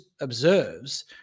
observes